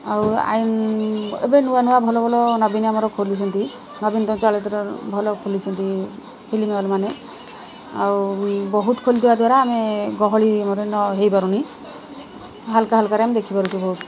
ଆଉ ଆଇନ ଏବେ ନୂଆ ନୂଆ ଭଲ ଭଲ ନବୀନ ଆମର ଖୋଲିଛନ୍ତି ନବୀନ ଭଲ ଖୋଲିଛନ୍ତି ଫିଲ୍ମ ହଲ୍ ମାନେ ଆଉ ବହୁତ ଖୋଲିଥିବା ଦ୍ୱାରା ଆମେ ଗହଳି ମାନେ ନ ହେଇପାରୁନି ହାଲ୍କା ହାଲ୍କାରେ ଆମେ ଦେଖିପାରୁଛୁ ବହୁତ